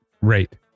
Right